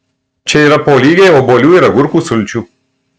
čia yra po lygiai obuolių ir agurkų sulčių